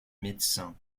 médecins